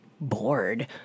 bored